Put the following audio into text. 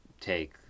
take